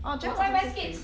orh jem 好像是